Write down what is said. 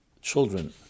children